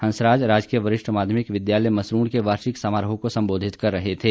हंसराज राजकीय वरिष्ठ माध्यमिक विद्यालय मसरुंड के वार्षिक समारोह को संबोधित कर रहे थे